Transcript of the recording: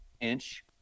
inch